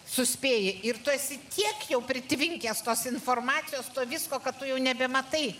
suspėji ir tu esi tiek jau pritvinkęs tos informacijos to visko kad tu jau nebematai